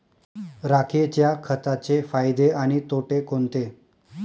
राखेच्या खताचे फायदे आणि तोटे कोणते?